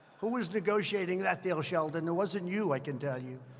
who was negotiating that deal, sheldon? it wasn't you, i can tell you.